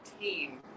team